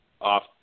off